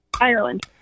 Ireland